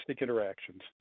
interactions